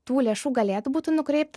tų lėšų galėtų būti nukreipta